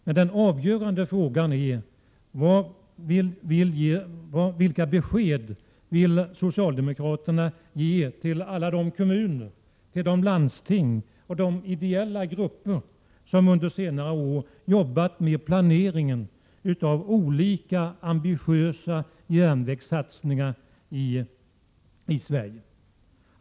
Men den avgörande frågan är: Vilka besked vill socialdemokraterna ge till alla de kommuner, de landsting och de ideella grupper som under senare år jobbat med planer och ambitiösa järnvägssatsningar i Sverige?